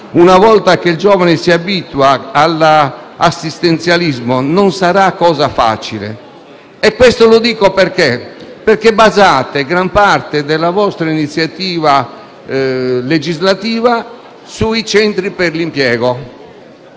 una volta che il giovane si abitua all'assistenzialismo, non sarà cosa facile. Questo lo dico perché basate gran parte della vostra iniziativa legislativa sui centri per l'impiego.